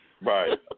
Right